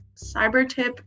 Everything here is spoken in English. CyberTip